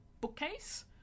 bookcase